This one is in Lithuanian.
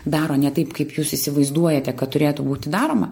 daro ne taip kaip jūs įsivaizduojate kad turėtų būti daroma